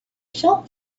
shop